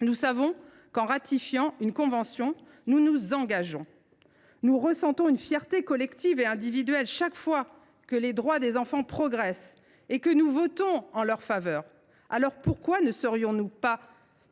Nous le savons, en ratifiant une convention, nous nous engageons. Nous ressentons une fierté collective et individuelle chaque fois que les droits des enfants progressent et que nous votons en leur faveur. Alors, pourquoi ne serions nous pas